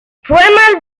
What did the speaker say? fue